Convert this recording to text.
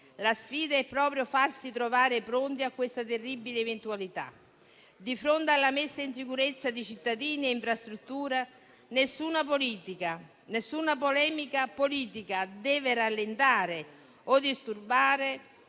La sfida è proprio farsi trovare pronti a questa terribile eventualità. Di fronte alla messa in sicurezza dei cittadini e delle infrastrutture, nessuna polemica politica deve rallentare o disturbare